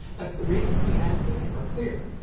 that's the reason the ends of the tape are clear,